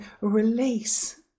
release